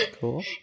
Cool